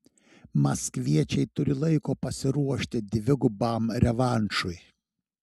maskviečiai turi laiko pasiruošti dvigubam revanšui